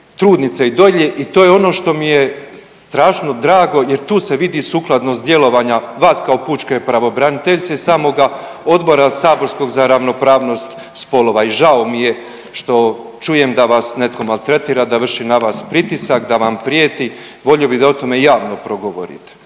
trudnice i dolje i to je ono što mi je strašno drago jer tu se vidi sukladnost djelovanja vas kao pučke pravobraniteljice samoga odbora saborskog za ravnopravnost spolova i žao mi je što čujem da vas netko maltretira, da vrši na vas pritisak, da vam prijeti, volio bih da o tome i javno progovorite